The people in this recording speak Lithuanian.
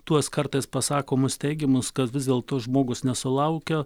tuos kartais pasakomus teigimus kad vis dėlto žmogus nesulaukia